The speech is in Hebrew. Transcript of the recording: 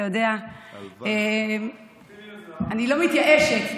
אתה יודע, אני לא מתייאשת.